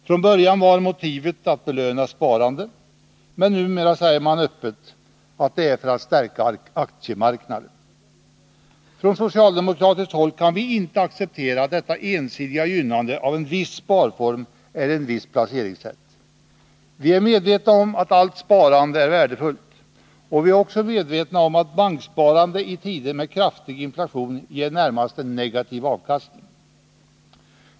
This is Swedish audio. Från början var motivet att belöna sparande, men numera säger man Öppet att det är för att stärka aktiemarknaden. Från socialdemokratiskt håll kan vi inte acceptera detta ensidiga gynnande av en viss sparform eller ett visst placeringssätt. Vi är medvetna om att allt sparande är värdefullt, och vi är också medvetna om att banksparande i tider med kraftig inflation ger en närmast negativ avkastning.